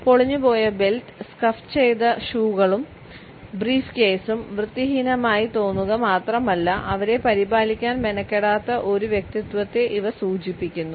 പൊളിഞ്ഞുപോയ belt scuff ചെയ്ത ഷൂകളും ബ്രീഫ്കെയ്സും വൃത്തിഹീനമായി തോന്നുക മാത്രമല്ല അവരെ പരിപാലിക്കാൻ മെനക്കെടാത്ത ഒരു വ്യക്തിത്വത്തെ ഇവ സൂചിപ്പിക്കുന്നു